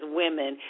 women